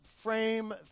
frame